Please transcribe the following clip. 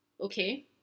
Okay